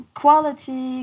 quality